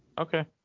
Okay